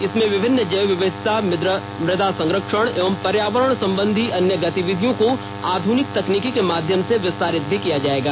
इसमें विभिन्न जैव विविधता मृदा संरक्षण एवं पर्यावरण संबंधी अन्य गतविधियों को आधुनिक तकनीकी के माध्यम से विस्तारित भी किया जाएगा